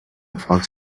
fox